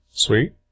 Sweet